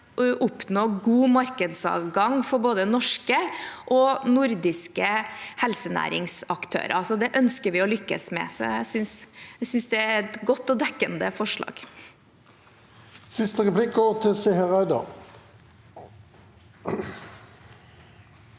oppnå god markedsadgang for både norske og nordiske helsenæringsaktører, så det ønsker vi å lykkes med. Jeg synes det er et godt og dekkende forslag. Seher Aydar